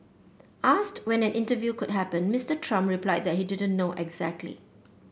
asked when an interview could happen Mister Trump replied that he didn't know exactly